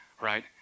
right